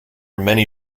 many